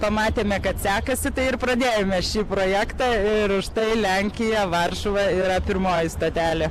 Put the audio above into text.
pamatėme kad sekasi tai ir pradėjome šį projektą ir štai lenkija varšuva yra pirmoji stotelė